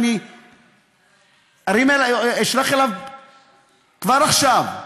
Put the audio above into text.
ואשלח אליו כבר עכשיו,